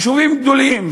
יישובים גדולים,